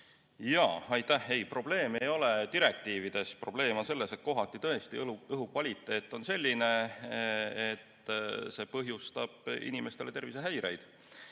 Aitäh! Ei, probleem ei ole direktiivides, probleem on selles, et kohati tõesti õhukvaliteet on selline, et see põhjustab inimestele tervisehäireid.